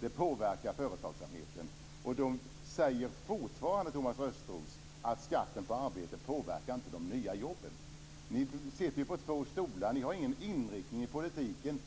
det påverkar företagsamheten. Ändå säger Thomas Östros fortfarande att skatten på arbete inte påverkar de nya jobben. Ni sitter på två stolar. Ni har ingen inriktning i politiken.